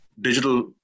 digital